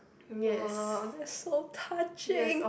!wah! that's so touching